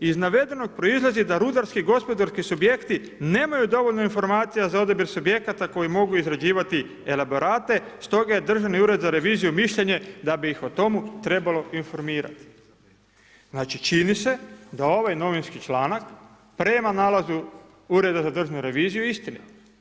Iz navedenog proizlazi da rudarski gospodarski subjekti ne maju dovoljno informacija za odabir subjekata koji mogu izrađivati elaborate, stoga je Državni ured za reviziju mišljenja da bi ih o tomu trebalo informirati.“ Znači, čini se da ovaj novinski članak prema Nalazu, Ureda za državnu reviziju, istina.